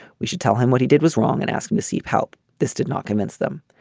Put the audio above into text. we should tell him what he did was wrong and ask him to seek help. this did not convince them.